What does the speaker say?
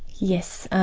yes,